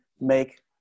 make